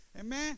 Amen